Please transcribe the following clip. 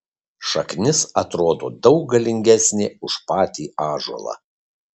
šaknis atrodo daug galingesnė už patį ąžuolą